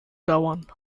dauern